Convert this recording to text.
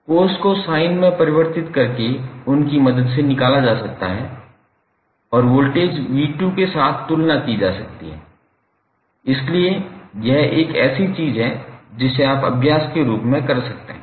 cos को sin में परिवर्तित करके उनकी मदद से निकाला जा सकता है और वोल्टेज 𝑣2 के साथ तुलना की जा सकती है इसलिए यह एक ऐसी चीज है जिसे आप अभ्यास के रूप में कर सकते हैं